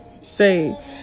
say